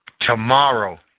tomorrow